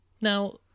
Now